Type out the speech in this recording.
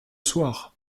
soir